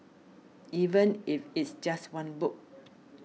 even if it's just one book